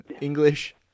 English